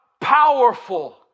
powerful